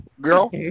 Girl